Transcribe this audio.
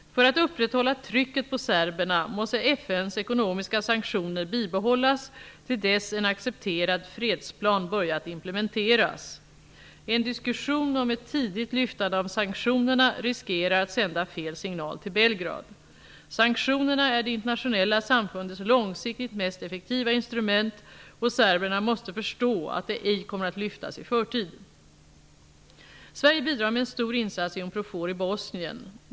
För att upprätthålla trycket på serberna måste FN:s ekonomiska sanktioner bibehållas till dess en accepterad fredsplan börjat implementeras. En diskussion om ett tidigt lyftande av sanktionerna riskerar att sända fel signal till Belgrad. Sanktionerna är det internationella samfundets långsiktigt mest effektiva instrument, och serberna måste förstå att dessa ej kommer att lyftas i förtid. Sverige bidrar med en stor insats i Unprofor i Bosnien.